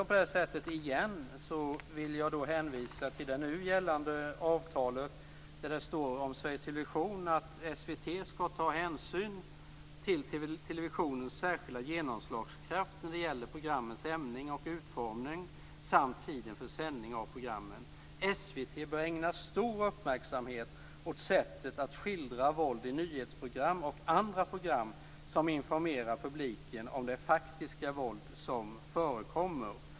Återigen vill jag hänvisa till det nu gällande avtalet, där det står om Sveriges TV: SVT skall ta hänsyn till televisionens särskilda genomslagskraft när det gäller programmens sändning och utformning samt tiden för sändning av programmen. SVT bör ägna stor uppmärksamhet åt sättet att skildra våld i nyhetsprogram och andra program som informerar publiken om det faktiska våld som förekommer.